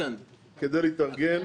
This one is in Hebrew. כדי להתארגן.